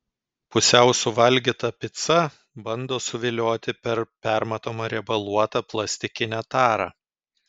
pusiau suvalgyta pica bando suvilioti per permatomą riebaluotą plastikinę tarą